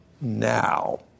now